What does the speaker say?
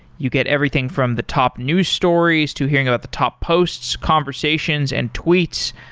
you get everything from the top news stories, to hearing about the top posts, conversations and tweets,